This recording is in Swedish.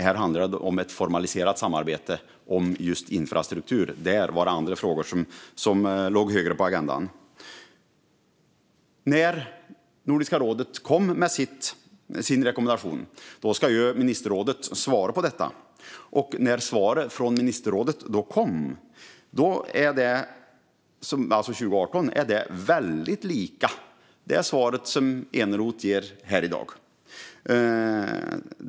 Här handlar det om ett formaliserat samarbete om just infrastruktur, och där var det andra frågor som låg högre på agendan. När Nordiska rådet kommer med en rekommendation ska ministerrådet svara på den. Svaret från ministerrådet kom 2018, och det är väldigt lika det svar som Eneroth ger här i dag.